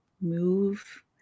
move